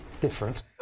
different